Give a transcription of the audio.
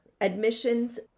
Admissions